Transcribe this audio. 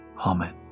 Amen